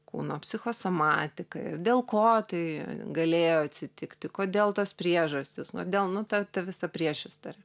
kūno psichosomatiką ir dėl ko tai galėjo atsitikti kodėl tos priežastys nu dėl nu ta ta visa priešistorė